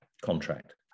contract